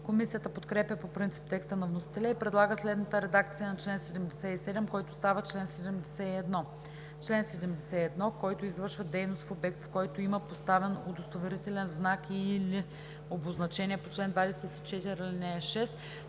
Комисията подкрепя по принцип текста на вносителя и предлага следната редакция на чл. 77, който става чл. 71: „Чл. 71. Който извършва дейност в обект, който има поставен удостоверителен знак и/или обозначение по чл. 24, ал. 6,